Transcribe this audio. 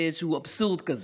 זה איזשהו אבסורד כזה.